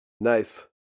Nice